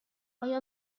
آیا